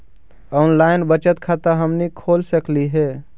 Online बचत खाता हमनी खोल सकली हे?